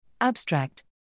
Abstract